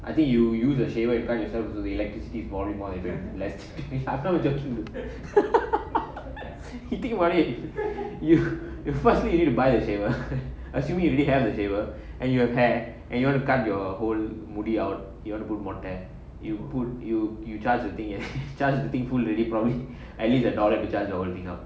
I think you use the shaver you cut yourself the electricity volume more than I not joking you know you think about it you you first need to buy the shaver assume you already have the shaver and you have hair and you want to cut your whole முடி:mudi out you want to do முடி மொட்டை:mudi mottai you put you charge the thing full already at least a dollar to charge the whole thing up